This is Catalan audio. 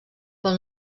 pel